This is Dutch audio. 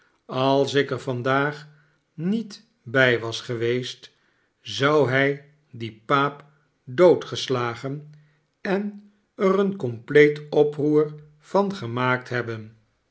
als ik er vandaag niet bij was geweest zou hij dien paap doodgeslagen en er een compleet oproer van gemaakt hebben